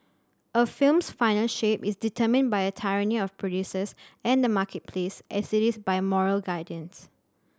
a film's final shape is determined by the tyranny of producers and the marketplace as it is by moral guardians